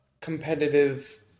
competitive